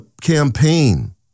campaign